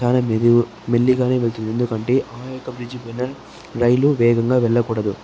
చాలా మెదువు మెల్లిగానే వెళ్తుంది ఎందుకంటే ఆ యొక్క బ్రిడ్జ్ పైన రైలు వేగంగా వెళ్ళకూడదు